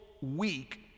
week